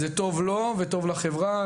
זה טוב לו וטוב לחברה.